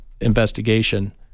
investigation